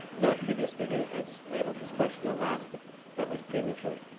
and the previous speakers labelled his question the last, but that was premature.